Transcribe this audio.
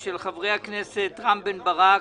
של חברי הכנסת רם בן ברק,